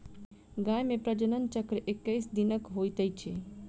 गाय मे प्रजनन चक्र एक्कैस दिनक होइत अछि